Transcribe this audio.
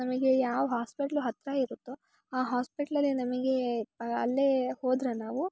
ನಮಗೆ ಯಾವ ಹಾಸ್ಪಿಟಲ್ ಹತ್ತಿರ ಇರುತ್ತೋ ಆ ಹಾಸ್ಪಿಟಲಲ್ಲಿ ನಮಗೆ ಪ ಅಲ್ಲೇ ಹೋದರೆ ನಾವು